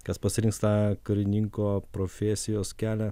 kas pasirinks tą karininko profesijos kelią